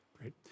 Great